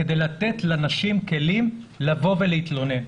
כדי לתת לנשים כלים לבוא ולהתלונן.